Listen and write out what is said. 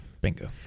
bingo